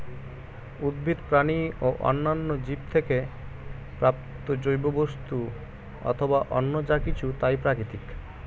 উদ্ভিদ, প্রাণী ও অন্যান্য জীব থেকে প্রাপ্ত জৈব বস্তু অথবা অন্য যা কিছু তাই প্রাকৃতিক